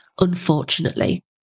unfortunately